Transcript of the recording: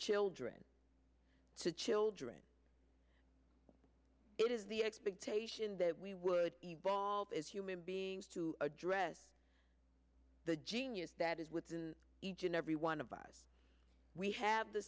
children to children it is the expectation that we would evolve as human beings to address the genius that is within each and every one of us we have the